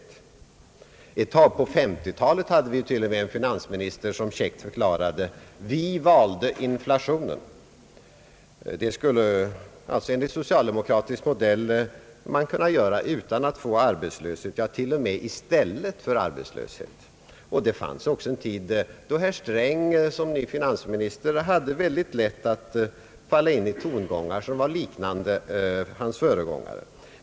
Ett tag på 1950-talet hade vi till och med en finansminister som käckt för klarade: »Vi valde inflationen.» Det skulle man alltså enligt socilaldemokratisk modell kunna göra utan att få arbetslöshet, ja, man skulle till och med kunna välja inflation i stället för arbetslöshet. Det fanns också en tid då nuvarande finansministern herr Sträng hade väldigt lätt att falla in i tongångar som liknade företrädarens.